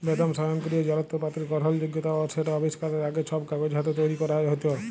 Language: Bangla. বেদম স্বয়ংকিরিয় জলত্রপাতির গরহলযগ্যতা অ সেট আবিষ্কারের আগে, ছব কাগজ হাতে তৈরি ক্যরা হ্যত